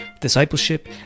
discipleship